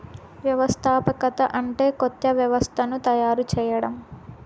వ్యవస్థాపకత అంటే కొత్త వ్యవస్థను తయారు చేయడం